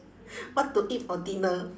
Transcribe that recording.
what to eat for dinner